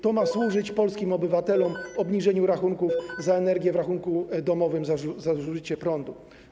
To ma służyć polskim obywatelom, obniżeniu rachunków za energię w rachunku domowym za zużycie prądu.